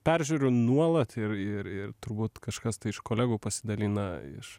peržiūriu nuolat ir ir ir turbūt kažkas tai iš kolegų pasidalina iš